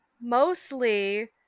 mostly